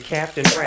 Captain